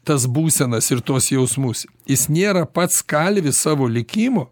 tas būsenas ir tuos jausmus jis nėra pats kalvis savo likimo